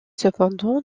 cependant